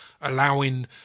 allowing